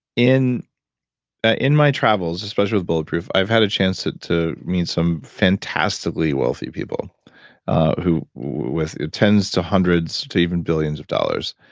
in ah in my travels, especially with bulletproof i've had a chance to meet some fantastically wealthy people with tens to hundreds to even billions of dollars,